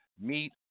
Meet